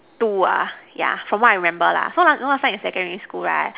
two ah yeah from what I remember lah so so last time in secondary school right